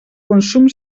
consum